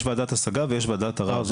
יש ועדת השגה ויש ועדת ערר.